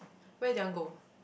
where do you want go